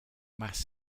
mass